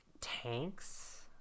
tanks